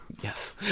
yes